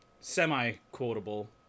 Semi-quotable